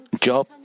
Job